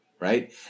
right